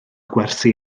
gwersi